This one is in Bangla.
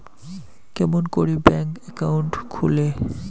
কেমন করি ব্যাংক একাউন্ট খুলে?